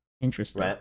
Interesting